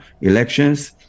elections